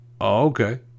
okay